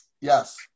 Yes